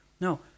No